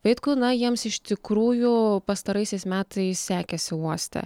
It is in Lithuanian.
vaitkų na jiems iš tikrųjų pastaraisiais metais sekėsi uoste